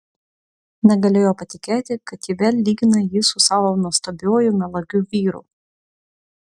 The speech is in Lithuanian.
negalėjo patikėti kad ji vėl lygina jį su savo nuostabiuoju melagiu vyru